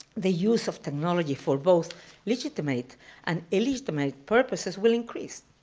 the use of technology for both legitimate and illegitimate purposes will increase.